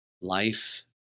life